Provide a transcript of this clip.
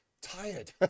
tired